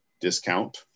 discount